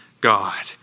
God